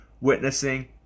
witnessing